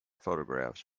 photographs